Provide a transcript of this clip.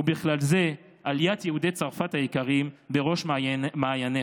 ובכלל זה עליית יהודי צרפת היקרים, בראש מעייניך.